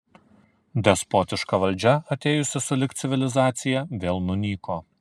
despotiška valdžia atėjusi sulig civilizacija vėl nunyko